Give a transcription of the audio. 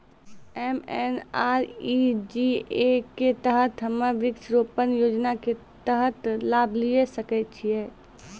MNREGA के तहत हम्मय वृक्ष रोपण योजना के तहत लाभ लिये सकय छियै?